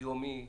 יומי?